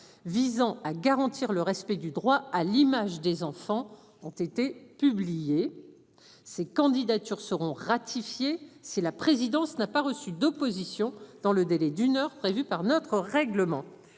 visant à garantir le respect du droit à l'image des enfants ont été publiés ces candidatures seront ratifiées c'est la présidence n'a pas reçu d'opposition dans le délai d'une heure prévue par notre règlement.